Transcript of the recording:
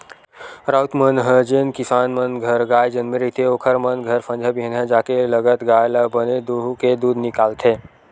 राउत मन ह जेन किसान मन घर गाय जनमे रहिथे ओखर मन घर संझा बिहनियां जाके लगत गाय ल बने दूहूँके दूद निकालथे